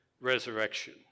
resurrection